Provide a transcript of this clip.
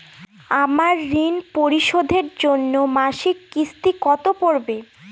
আমার ঋণ পরিশোধের জন্য মাসিক কিস্তি কত পড়বে?